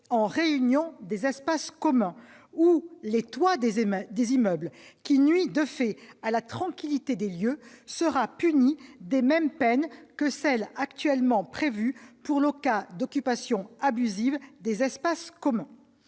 en réunion des espaces communs ou des toits des immeubles, qui nuit à la tranquillité des lieux, sera punie des mêmes peines que celles actuellement prévues pour le cas d'occupation abusive des espaces communs.